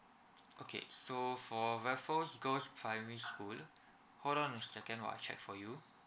okay so for raffles girls primary school hold on a second while I check for you